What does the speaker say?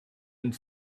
and